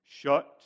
shut